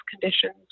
conditions